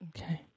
Okay